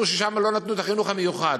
ששם לא נתנו את החינוך המיוחד,